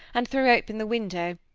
and threw open the window,